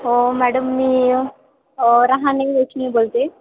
madam मी राहने लोचनी बोलते